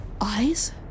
eyes